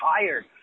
tired